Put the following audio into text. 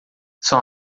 são